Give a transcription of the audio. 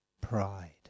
Pride